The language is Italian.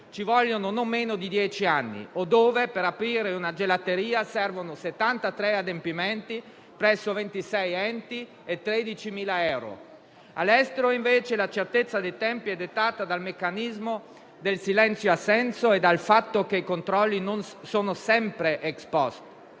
ci vogliono non meno di dieci anni o dove, per aprire una gelateria, servono 73 adempimenti presso 26 enti e 13.000 euro. All'estero invece la certezza dei tempi è dettata dal meccanismo del silenzio-assenso e dal fatto che i controlli sono sempre *ex post*.